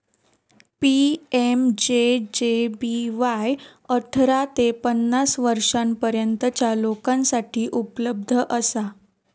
PMJJBY अठरा ते पन्नास वर्षांपर्यंतच्या लोकांसाठी उपलब्ध असा